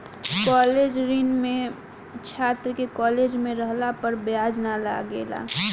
college ऋण में छात्र के कॉलेज में रहला पर ब्याज ना लागेला